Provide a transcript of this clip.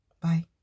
Bye